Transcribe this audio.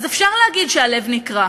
אז אפשר להגיד שהלב נקרע,